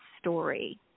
story